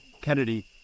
Kennedy